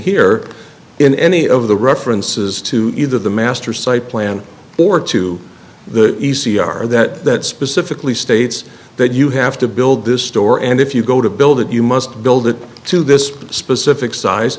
here in any of the references to either the master site plan or to the e c r that specifically states that you have to build this store and if you go to build it you must build it to this specific size